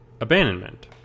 abandonment